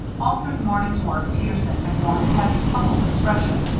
all through the morning's work peterson had worn a heavy, puzzled expression,